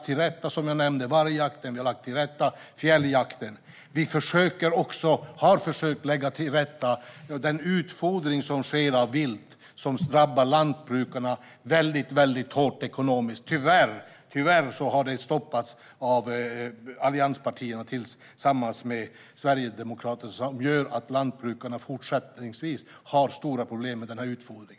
Som jag nämnde har vi behövt lägga till rätta vargjakten och fjälljakten. Vi har också försökt att komma till rätta med den utfodring som sker av vilt, som drabbar lantbrukarna väldigt hårt ekonomiskt. Tyvärr har detta stoppats av allianspartierna tillsammans med Sverigedemokraterna, vilket gör att lantbrukarna även fortsättningsvis har stora problem med denna utfodring.